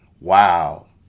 Wow